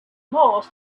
most